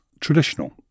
traditional